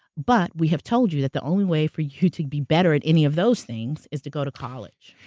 but we have told you that the only way for you to be better at any of those things, is to go to college.